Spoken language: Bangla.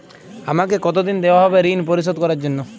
আমাকে কতদিন দেওয়া হবে ৠণ পরিশোধ করার জন্য?